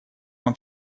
вам